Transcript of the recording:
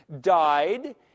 died